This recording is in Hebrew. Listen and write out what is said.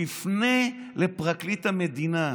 תפנה לפרקליט המדינה.